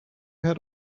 had